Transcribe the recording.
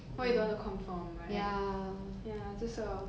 why you don't wanna conform right ya 就是 lor